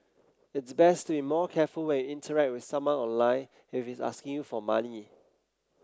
it's best to be more careful when interact with someone online if he's asking you for money